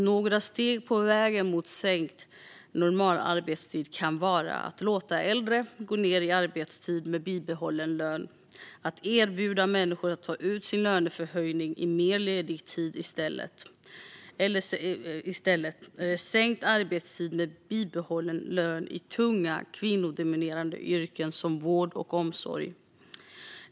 Några steg på vägen mot sänkt normalarbetstid kan vara att låta äldre gå ned i arbetstid med bibehållen lön och att erbjuda människor att ta ut sin löneförhöjning i mer ledig tid eller i sänkt arbetstid med bibehållen lön när det gäller tunga, kvinnodominerade yrken inom vård och omsorg.